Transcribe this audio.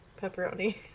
pepperoni